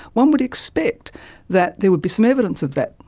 one would expect that there would be some evidence of that.